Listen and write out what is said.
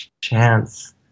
chance